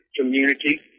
community